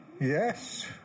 Yes